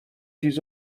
تیز